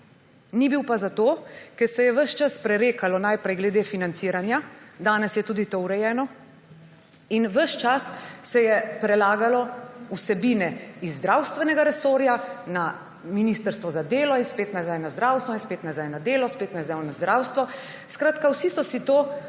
Ni bil pa zato, ker se je ves čas prerekalo, najprej glede financiranja − danes je tudi to urejeno − in ves čas so se prelagale vsebine z zdravstvenega resorja na ministrstvo za delo in spet nazaj na zdravstvo, spet nazaj na delo, spet nazaj na zdravstvo … Skratka, vsi so si to